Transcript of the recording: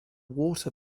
water